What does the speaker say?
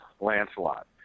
Lancelot